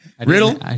Riddle